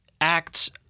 acts